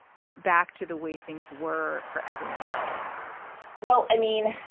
get back to the way things were for everyone else well, i mean,